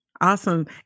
Awesome